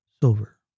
silver